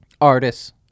artists